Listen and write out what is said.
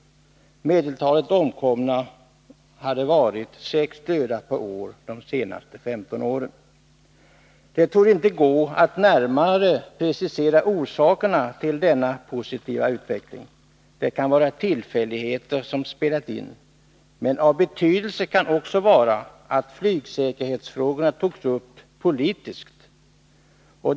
Medeltalet omkomna hade varit 6 döda per år de senaste 15 åren. Det torde inte gå att närmare precisera orsakerna till denna positiva utveckling. Det kan vara tillfälligheter som spelat in. Men av betydelse kan också vara att flygsäkerhetsfrågorna togs upp politiskt.